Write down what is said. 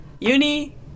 uni